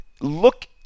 Look